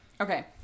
Okay